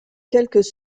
quelques